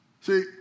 See